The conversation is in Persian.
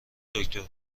دکتر